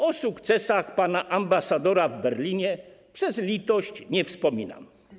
O sukcesach pana ambasadora w Berlinie przez litość nie wspominam.